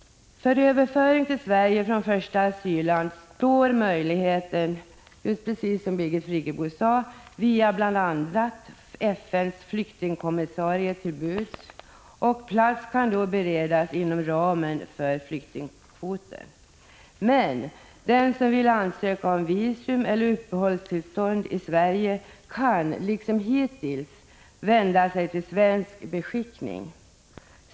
För överföring till Sverige från första asylland står — som Birgit Friggebo sade — möjligheten via bl.a. FN:s flyktingkommissarie till buds, och plats kan då beredas inom ramen för flyktingkvoten. Den som vill ansöka om visum eller uppehållstillstånd i Sverige kan, liksom hittills, vända sig till svensk beskickning.